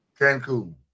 Cancun